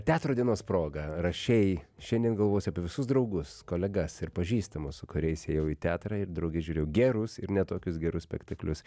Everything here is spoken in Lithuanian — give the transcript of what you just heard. teatro dienos proga rašei šiandien galvosi apie visus draugus kolegas ir pažįstamus su kuriais ėjau į teatrą ir drauge žiūrėjau gerus ir ne tokius gerus spektaklius